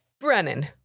Brennan